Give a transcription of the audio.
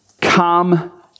Come